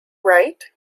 right